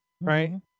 right